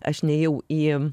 aš nėjau į